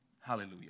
Hallelujah